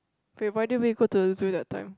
wait by the way why didn't we go to the zoo that time